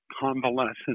convalescent